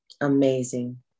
Amazing